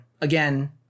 again